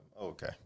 Okay